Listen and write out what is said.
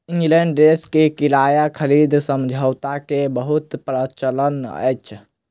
England देश में किराया खरीद समझौता के बहुत प्रचलन अछि